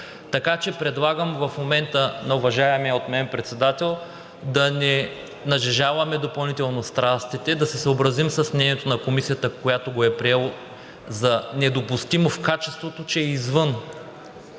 Така че предлагам в момента на уважаемия от мен председател да не нажежаваме допълнително страстите и да се съобразим с мнението на Комисията, която го е приела за недопустимо в качеството, че е извън